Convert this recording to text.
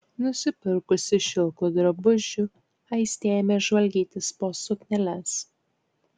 nusipirkusi šiltų drabužių aistė ėmė žvalgytis po sukneles